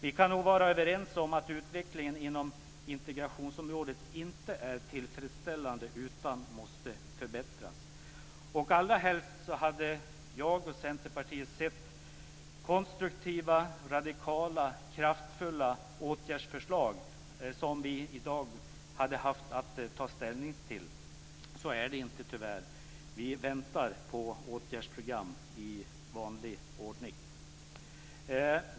Vi kan nog vara överens om att utvecklingen inom integrationsområdet inte är tillfredsställande utan måste förbättras. Allrahelst hade jag och Centerpartiet sett konstruktiva, radikala, kraftfulla åtgärdsförslag som vi i dag hade kunnat ta ställning till. Så är det inte, tyvärr. Vi väntar på åtgärdsprogram i vanlig ordning.